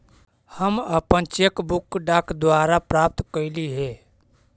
हम अपन cheque book डाक द्वारा प्राप्त कईली हे